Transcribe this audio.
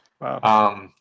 Wow